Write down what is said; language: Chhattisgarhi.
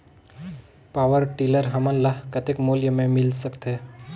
पावरटीलर हमन ल कतेक मूल्य मे मिल सकथे?